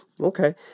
Okay